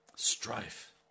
strife